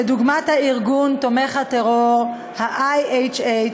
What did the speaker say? כדוגמת הארגון תומך הטרור IHH,